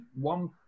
one